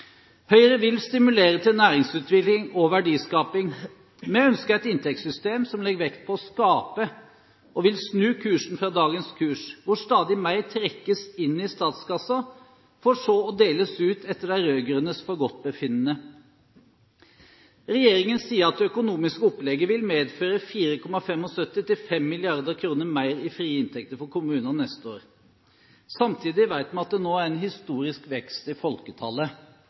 Høyre vil stimulere til næringsutvikling og verdiskaping. Vi ønsker et inntektssystem som legger vekt på å skape, og vil snu kursen fra dagens kurs, hvor stadig mer trekkes inn i statskassa for så å deles ut etter de rød-grønnes forgodtbefinnende. Regjeringen sier at det økonomiske opplegget vil medføre 4,75–5 mrd. kr mer i frie inntekter for kommunene neste år. Samtidig vet vi at det nå er en historisk vekst i folketallet,